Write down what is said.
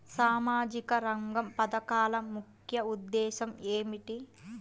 సామాజిక రంగ పథకాల ముఖ్య ఉద్దేశం ఏమిటీ?